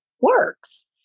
works